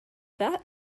that